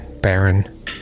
Baron